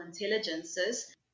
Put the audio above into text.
intelligences